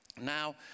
Now